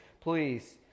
please